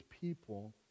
people